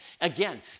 Again